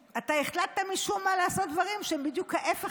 שהחלטת משום מה לעשות דברים שהם בדיוק ההפך